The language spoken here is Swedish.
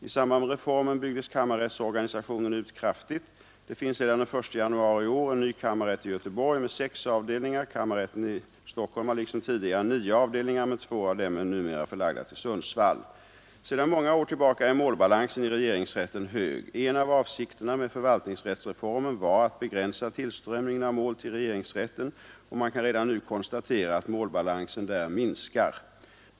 I samband med reformen byggdes kammarrättsorganisationen ut kraftigt. Det finns sedan den 1 januari i år en ny kammarrätt i Göteborg med sex avdelningar. Kammarrätten i Stockholm har liksom tidigare nio avdelningar, men två av dem är numera förlagda till Sundsvall. Sedan många år tillbaka är målbalansen i regeringsrätten hög avsikterna med förvaltningsrättsreformen var att begränsa tillströmningen av mål till regeringsrätten, och man kan redan nu konstatera att målbalansen där minskar.